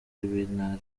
w’intara